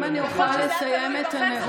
אם אני אוכל לסיים את הנאום,